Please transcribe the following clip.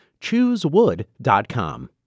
Choosewood.com